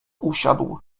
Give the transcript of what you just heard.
usiadł